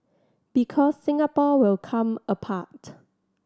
because Singapore will come apart